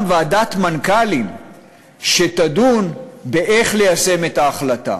ועדת מנכ"לים שתדון איך ליישם את ההחלטה.